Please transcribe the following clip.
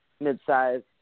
mid-sized